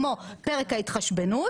כמו פרק ההתחשבנות,